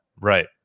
right